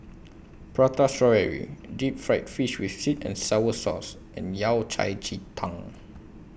Prata Strawberry Deep Fried Fish with Sweet and Sour Sauce and Yao Cai Ji Tang